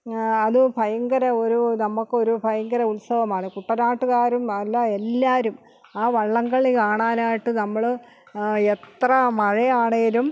അത് ഭയങ്കര ഒരു നമുക്കൊരു ഭയങ്കര ഒരു ഉത്സവമാണ് കുട്ടനാട്ടുകാരും അല്ല എല്ലാവരും ആ വള്ളംകളി കാണാനായിട്ട് നമ്മൾ എത്ര മഴയാണെങ്കിലും